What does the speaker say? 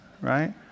Right